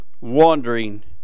wandering